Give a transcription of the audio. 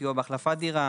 סיוע בהחלפת דירה,